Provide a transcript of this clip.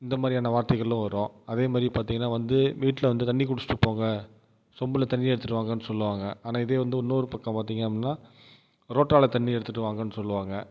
இந்த மாதிரியான வார்த்தைகளும் வரும் அதே மாதிரி பார்த்தீங்கன்னா வந்து வீட்டில் வந்து தண்ணி குடிச்சுட்டு போங்க சொம்பில் தண்ணி எடுத்துகிட்டு வாங்கன்னு சொல்லுவாங்க ஆனால் இதே வந்து இன்னோரு பக்கம் பார்த்தீங்க அப்படின்னா ரோட்டாவில தண்ணி எடுத்துகிட்டு வாங்கன்னு சொல்லுவாங்க